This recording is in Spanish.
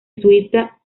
jesuita